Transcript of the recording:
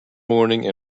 morning